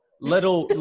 little